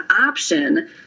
option